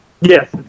Yes